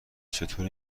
چطور